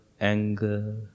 anger